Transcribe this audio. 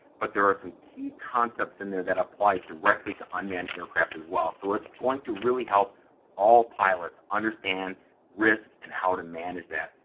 but there are some key concepts in there that applied directly to unmanned aircraft as well. so, it's going to really help all pilots understand risk, and how to manage that.